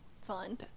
fun